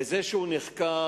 וזה שהוא נחקר,